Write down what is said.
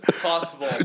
Possible